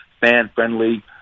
fan-friendly